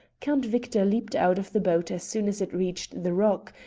count victor leaped out of the boat as soon as it reached the rock,